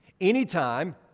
Anytime